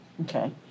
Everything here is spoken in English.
Okay